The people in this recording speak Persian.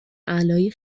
اعلای